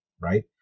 right